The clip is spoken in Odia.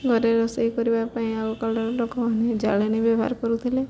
ଘରେ ରୋଷେଇ କରିବା ପାଇଁ ଆଗକାଳର ଲୋକମାନେ ଜାଳେଣି ବ୍ୟବହାର କରୁଥିଲେ